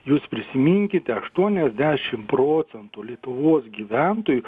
jūs prisiminkite aštuoniasdešim procentų lietuvos gyventojų